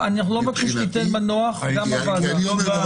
אנחנו לא מבקשים שתיתן מנוח, גם לוועדה.